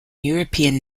european